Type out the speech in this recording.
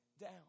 down